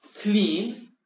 clean